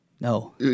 No